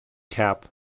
cap